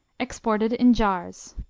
exported in jars.